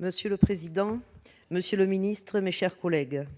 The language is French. Monsieur le président, monsieur le ministre, mes chers collègues,